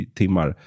timmar